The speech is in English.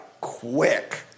quick